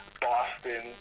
Boston